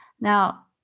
Now